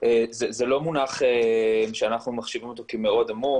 זה לא מונח שאנחנו מחשיבים אותו כמאוד עמום,